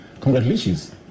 Congratulations